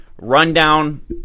rundown